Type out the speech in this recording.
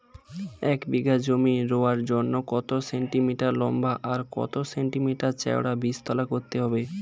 এক বিঘা জমি রোয়ার জন্য কত সেন্টিমিটার লম্বা আর কত সেন্টিমিটার চওড়া বীজতলা করতে হবে?